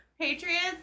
Patriots